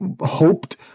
hoped